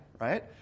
right